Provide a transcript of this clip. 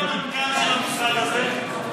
מי היה המנכ"ל של המשרד הזה?